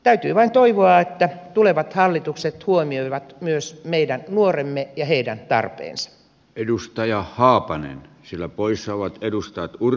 täytyy vain toivoa että tulevat hallitukset huomioivat myös meidän nuoremme ja heidän tarpeensa edustaja haapanen sillä pois saavat edustaa kun